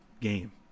game